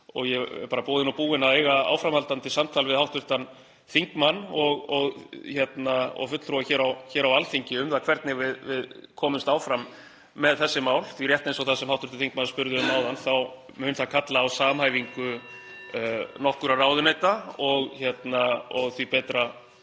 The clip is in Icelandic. og ég er boðinn og búinn að eiga áframhaldandi samtal við hv. þingmann og fulltrúa hér á Alþingi um það hvernig við komumst áfram með þessi mál, því að rétt eins og það sem hv. þingmaður spurði um áðan þá mun það kalla á samhæfingu nokkurra ráðuneyta. Og því betra